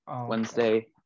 Wednesday